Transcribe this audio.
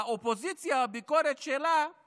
האופוזיציה, הביקורת שלה היא